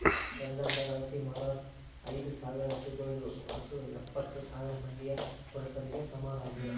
ರಂಜಕದಾಗ್ ಅಳತಿ ಮಾಡೂರ್ ಐದ ಸಾವಿರ್ ಹಸುಗೋಳದು ಹೊಲಸು ಎಪ್ಪತ್ತು ಸಾವಿರ್ ಮಂದಿಯ ಪುರಸಭೆಗ ಸಮನಾಗಿದೆ